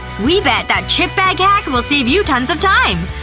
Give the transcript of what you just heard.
we bet that chip bag hack will save you tons of time!